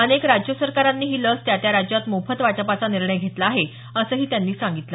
अनेक राज्य सरकारांनी ही लस त्या त्या राज्यात मोफत वाटपाचा निर्णय घेतला आहे असंही त्यांनी सांगितलं